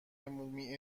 عمومی